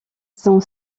son